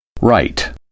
Right